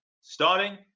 starting